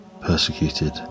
persecuted